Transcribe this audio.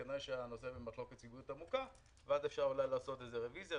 כנראה שהנושא במחלוקת ציבורית עמוקה ואז אפשר לעשות רביזיה,